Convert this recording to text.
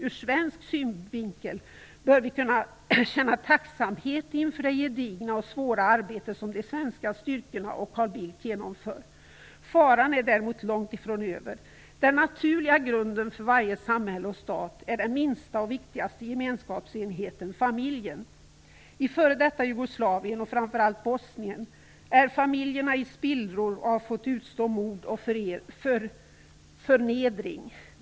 Ur svensk synvinkel bör vi kunna känna tacksamhet inför det svåra och gedigna arbete som de svenska styrkorna och Carl Bildt genomför. Faran är däremot långt ifrån över. Den naturliga grunden för varje samhälle och stat är den minsta och viktigaste gemenskapsenheten familjen. I f.d. Jugoslavien, och framför allt i Bosnien, är familjerna i spillror och de har fått utstå mord och förnedring.